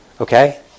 Okay